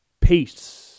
Peace